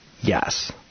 Yes